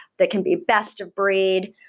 they can be best-of-breed,